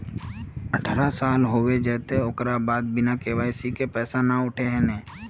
अठारह साल होबे जयते ओकर बाद बिना के.वाई.सी के पैसा न उठे है नय?